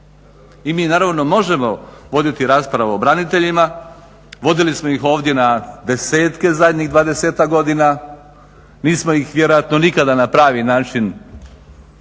I mi naravno možemo voditi raspravu o braniteljima, vodili smo ih ovdje na desetke zadnjih 20-ak godina. Nismo ih vjerojatno nikada na pravi način